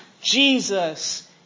Jesus